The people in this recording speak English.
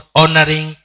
honoring